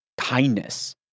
kindness